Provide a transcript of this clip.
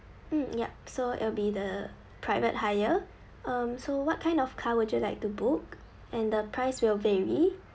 mm yup so it'll be the private hire um so what kind of car would you like to book and the price will vary